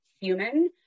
human